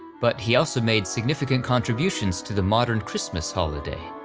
but he also made significant contributions to the modern christmas holiday.